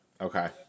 Okay